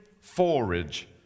forage